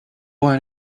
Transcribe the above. boy